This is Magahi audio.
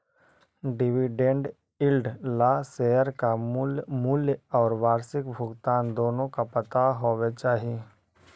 डिविडेन्ड यील्ड ला शेयर का मूल मूल्य और वार्षिक भुगतान दोनों का पता होवे चाही